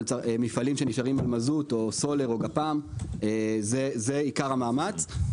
אבל מפעלים שנשארים על מזוט או סולר או גפ"מ זה עיקר המאמץ.